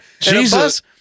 Jesus